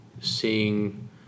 seeing